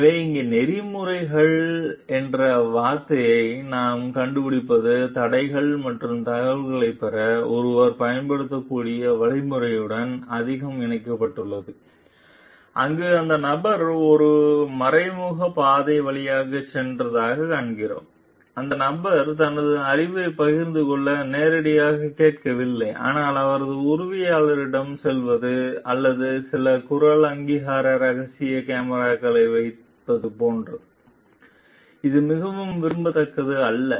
எனவே இங்கே நெறிமுறைகள் என்ற வார்த்தையை நாம் கண்டுபிடிப்பது தடைகள் மற்றும் தகவல்களைப் பெற ஒருவர் பயன்படுத்தக்கூடிய வழிமுறைகளுடன் அதிகம் இணைக்கப்பட்டுள்ளது அங்கு அந்த நபர் ஒரு மறைமுக பாதை வழியாகச் சென்றதைக் காண்கிறோம் அந்த நபரை தனது அறிவைப் பகிர்ந்து கொள்ள நேரடியாகக் கேட்கவில்லை ஆனால் அவரது உதவியாளரிடம் செல்வது அல்லது சில குரல் அங்கீகார ரகசிய கேமராக்களை வைப்பது போன்றது இது மிகவும் விரும்பத்தக்கது அல்ல